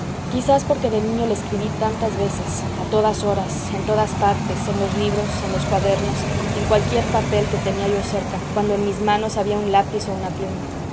quizás porque de niño le escribí tantas veces a todas horas en todas partes en los libros en los cuadernos en cualquier papel que tenía yo cerca cuando en mis manos había un lápiz o una pluma